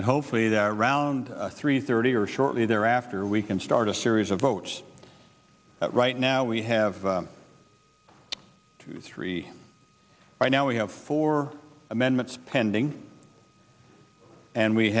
and hopefully that around three thirty or shortly thereafter we can start a series of votes right now we have three right now we have four amendments pending and we